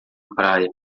praia